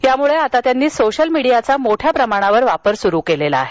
त्यामुळे आता त्यांनी सोशल मीडियाचा मोठ्या प्रमाणावर वापर सुरु केला आहे